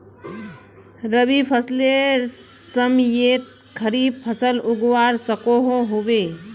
रवि फसलेर समयेत खरीफ फसल उगवार सकोहो होबे?